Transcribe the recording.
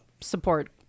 support